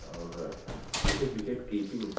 और मुझे wicket keeping